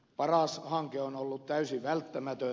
paras hanke on ollut täysin välttämätön